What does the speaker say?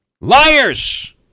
Liars